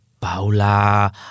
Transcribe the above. Paula